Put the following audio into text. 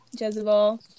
jezebel